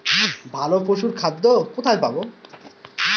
ভালো পশুর খাদ্য কোথায় পাবো?